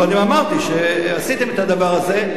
קודם אמרתי שעשיתם את הדבר הזה.